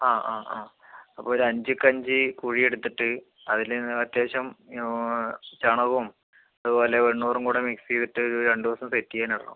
ആ ആ ആ അപ്പം ഒരു അഞ്ച്ക്കഞ്ച് കുഴി എടുത്തിട്ട് അതിൽ അത്യാവശ്യം ചാണകവും അതുപോലെ വെണ്ണൂറും കൂടി മിക്സ് ചെയ്തിട്ട് ഒരു രണ്ട് ദിവസം സെറ്റ് ചെയ്യാൻ ഇടണം